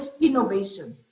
innovation